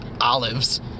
olives